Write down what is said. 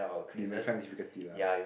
they may find difficulty lah